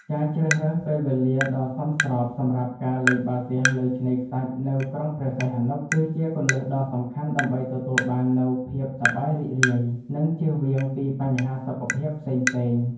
ការជ្រើសរើសពេលវេលាដ៏សមស្របសម្រាប់ការលេងបាល់ទះលើឆ្នេរខ្សាច់នៅក្រុងព្រះសីហនុ គឺជាគន្លឹះដ៏សំខាន់ដើម្បីទទួលបាននូវភាពសប្បាយរីករាយ និងជៀសវាងពីបញ្ហាសុខភាពផ្សេងៗ។